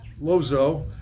Lozo